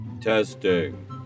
Testing